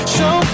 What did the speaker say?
Show